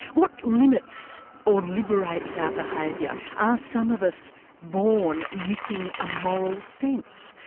what limits or liberates our behaviour? are some of us born missing a moral sense?